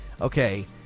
Okay